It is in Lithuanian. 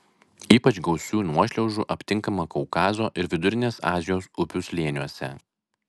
ypač gausių nuošliaužų aptinkama kaukazo ir vidurinės azijos upių slėniuose